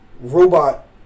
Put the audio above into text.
robot